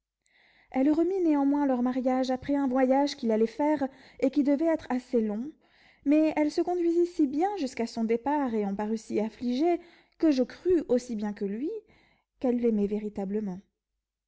elle remit néanmoins leur mariage après un voyage qu'il allait faire et qui devait être assez long mais elle se conduisit si bien jusqu'à son départ et en parut si affligée que je crus aussi bien que lui qu'elle l'aimait véritablement